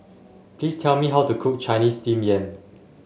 please tell me how to cook Chinese Steamed Yam